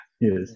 Yes